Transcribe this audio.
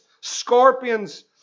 scorpions